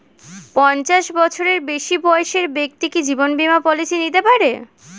পঞ্চাশ বছরের বেশি বয়সের ব্যক্তি কি জীবন বীমা পলিসি নিতে পারে?